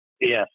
Yes